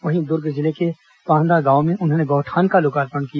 वहीं दुर्ग जिले के पाहंदा गांव में उन्होंने गौठान का लोकार्पण किया